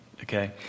okay